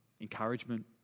encouragement